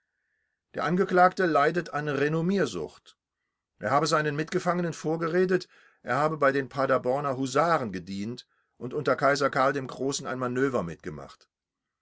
der angeklagte leidet an renommiersucht er hat seinen mitgefangenen vorgeredet er habe bei den paderborner husaren gedient und unter kaiser karl dem großen ein manöver mitgemacht